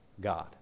God